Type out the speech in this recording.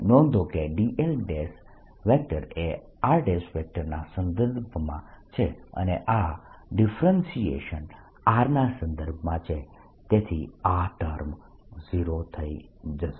નોંધો કે dl એ r ના સંદર્ભમાં છે અને આ ડિફરન્શીએશન r ના સંદર્ભમાં છે તેથી આ ટર્મ 0 થઇ જશે